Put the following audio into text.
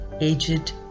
aged